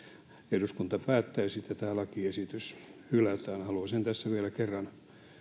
eduskunta päättäisi että tämä lakiesitys hylätään haluan sen tässä vielä kerran